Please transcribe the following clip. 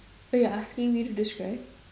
so you're asking me to describe